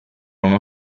uno